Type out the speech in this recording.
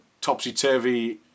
topsy-turvy